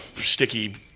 sticky